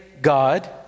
God